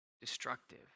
destructive